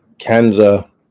Canada